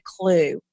clue